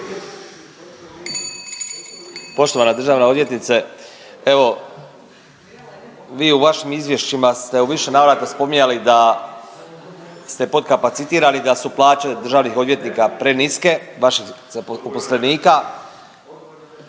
poštovana državna odvjetnice, evo vi u vašim izvješćima ste u više navrata spominjali da ste potkapacitirani, da su plaće državnih odvjetnika preniske, vaših uposlenika…